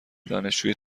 دانشجوی